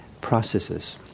processes